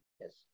Yes